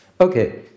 Okay